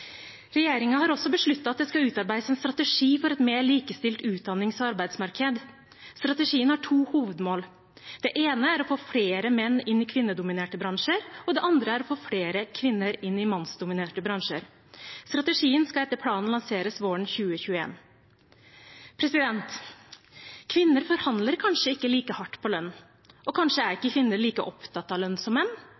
har også besluttet at det skal utarbeides en strategi for et mer likestilt utdannings- og arbeidsmarked. Strategien har to hovedmål: Det ene er å få flere menn inn i kvinnedominerte bransjer, og det andre er å få flere kvinner inn i mannsdominerte bransjer. Strategien skal etter planen lanseres våren 2021. Kvinner forhandler kanskje ikke like hardt på lønn, og kanskje